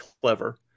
clever